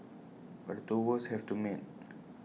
but the two worlds have to meet